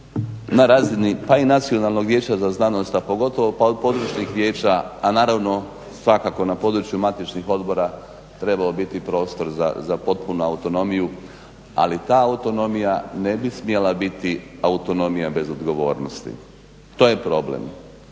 na razini pa i nacionalnog vijeća za znanost, a pogotovo područnih vijeća, a naravno svakako na području matičnih odbora trebao biti prostor za potpunu autonomiju. Ali ta autonomija ne bi smjela biti autonomija bez odgovornosti, to je problem.